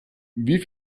wie